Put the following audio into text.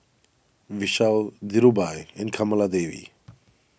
Vishal Dhirubhai and Kamaladevi